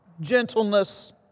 gentleness